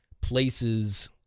places